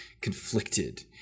conflicted